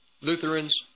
Lutherans